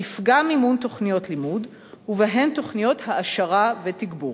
נפגע מימון תוכניות לימוד ובהן תוכניות העשרה ותגבור.